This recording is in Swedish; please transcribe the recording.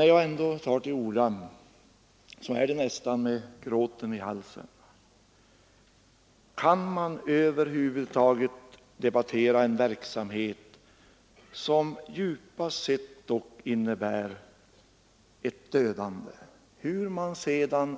När jag nu tagit till orda har jag nästan gjort det med gråten i halsen. Kan man över huvud taget debattera en verksamhet som, hur man